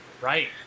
Right